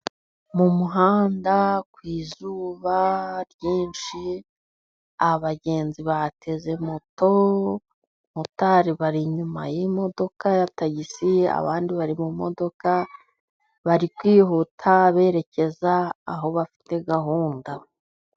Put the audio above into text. Mu muhanda, ku izuba ryinshi, abagenzi bateze moto, motari, bari inyuma y’imodoka ya tagisi, abandi bari mu modoka bari kwihuta, berekeza aho bafite gahunda.